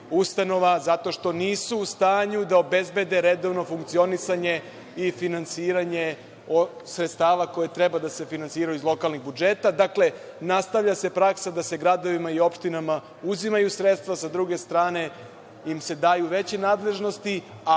ustanova, zato što nisu u stanju da obezbede redovno funkcionisanje i finansiranje sredstava koja treba da se finansiraju iz lokalnih budžeta. Dakle, nastavlja se praksa da se gradovima i opštinama uzimaju sredstva, sa druge strane im se daju veće nadležnosti,